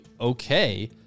okay